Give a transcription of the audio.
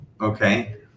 Okay